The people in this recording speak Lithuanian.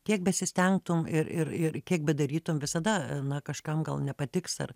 kiek besistengtum ir ir ir kiek bedarytum visada na kažkam gal nepatiks ar